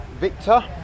Victor